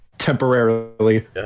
Temporarily